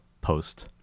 post